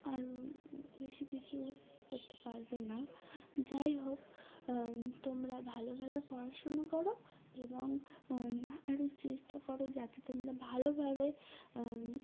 আরও বেশি কিছু করতে পারবে না যাই হোক তোমরা ভালোভাবে পড়াশুনো করো এবং আরও চেষ্টা করো যাতে তোমরা ভালোভাবে